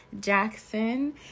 Jackson